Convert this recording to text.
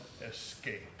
escape